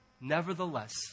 nevertheless